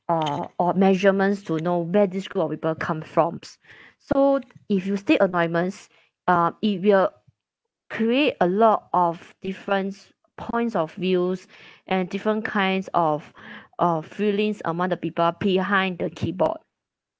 uh or measurements to know where this group of people come froms so if you stay anonymous uh it will create a lot of different points of views and different kinds of uh feelings among the people behind the keyboard